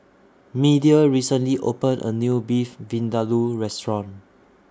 Media recently opened A New Beef Vindaloo Restaurant